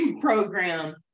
program